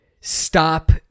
stop